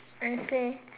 and say